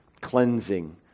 cleansing